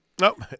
Nope